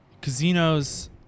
casinos